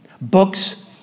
Books